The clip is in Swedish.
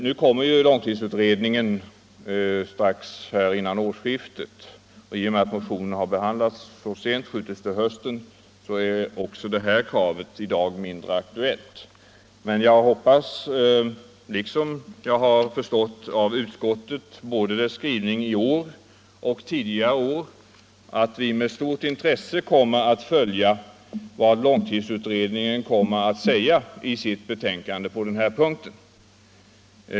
Nu kommer ju långtidsutredningens betänkande att framläggas före årsskiftet, och i och med att motionen behandlats så sent är också detta krav i dag mindre aktuellt. Jag kommer — liksom jag förstått är fallet med utskottet att döma av dess skrivning både i år och tidigare år — med stort intresse att ta del av det som långtidsutredningen kommer att säga i sitt betänkande på denna punkt.